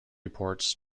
reports